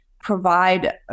provide